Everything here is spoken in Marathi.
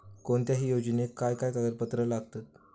कोणत्याही योजनेक काय काय कागदपत्र लागतत?